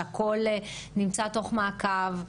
שהכל נמצא תוך מעקב,